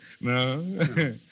No